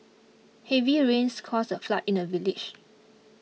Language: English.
heavy rains caused a flood in the village